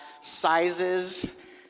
sizes